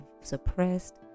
suppressed